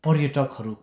पर्यटकहरू